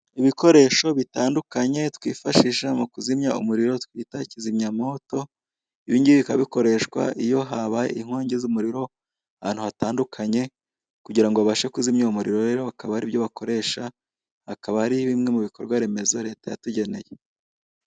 ibikoresho bitandukanye twifashisha mu kuzimya umuriro twita kizimyamwoto ibingibi bikaba bikoreshwa iyo habaye iyo habaye inkongi z'umuriro ahantu hatandukanye kugirango babashe kuzimya uwo muriro rero bakaba aribyo bakoresha akaba ari bimwe mubikorwaremezo leta yatugeneye.